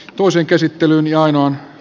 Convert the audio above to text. toisen käsittelyn ja ainoan